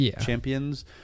champions